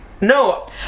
no